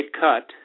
cut